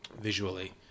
visually